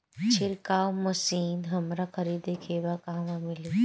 छिरकाव मशिन हमरा खरीदे के बा कहवा मिली?